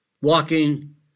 walking